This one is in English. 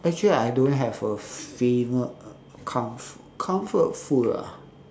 actually I don't have a favourite uh comf~ comfort food ah